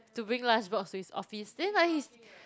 to bring lunch box to his office then like he's